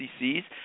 cc's